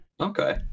Okay